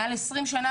מעל 20 שנים,